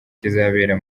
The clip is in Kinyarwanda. kizabera